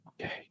okay